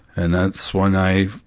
and that's when i,